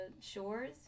shores